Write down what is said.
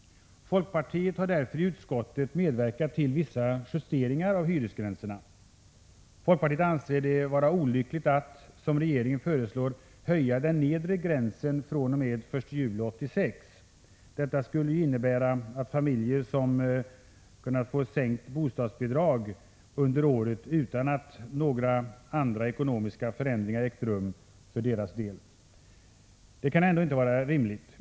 Folkpartiet har därför i utskottet medverkat till vissa justeringar av hyresgränserna. Folkpartiet anser det vara olyckligt att, som regeringen föreslår, höja den nedre hyresgränsen fr.o.m. den 1 juli 1986. Detta skulle ju innebära att familjer skulle kunna få en sänkning av bostadsbidraget under året utan att några andra ekonomiska förändringar ägt rum för deras del. Detta kan ändå inte vara rimligt.